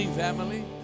family